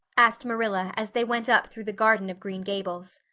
asked marilla as they went up through the garden of green gables.